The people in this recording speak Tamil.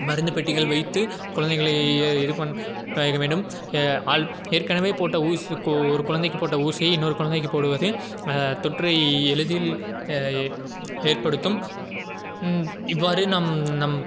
மருந்து பெட்டிகள் வைத்து குழந்தைகளை இது பண் பழக வேண்டும் ஏ ஆள் ஏற்கனவே போட்ட ஊசி கோ ஒரு குழந்தைக்கு போட்ட ஊசியை இன்னொரு குழந்தைக்கு போடுவது தொற்றை எளிதில் ஏற்படுத்தும் இவ்வாறு நம் நம்